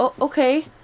okay